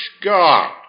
God